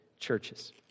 Churches